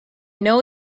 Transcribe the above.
know